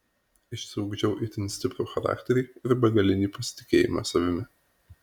išsiugdžiau itin stiprų charakterį ir begalinį pasitikėjimą savimi